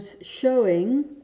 showing